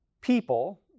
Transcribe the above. people